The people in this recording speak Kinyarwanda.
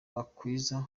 bakwiza